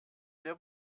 der